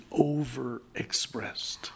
overexpressed